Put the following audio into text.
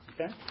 Okay